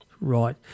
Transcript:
Right